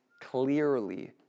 clearly